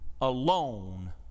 alone